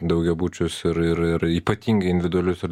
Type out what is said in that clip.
daugiabučius ir ir ir ypatingai individualius ir